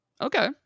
Okay